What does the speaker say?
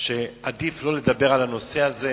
שעדיף לא לדבר על הנושא הזה.